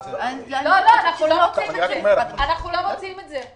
לא, לא, אנחנו לא רוצים את זה.